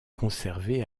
conservé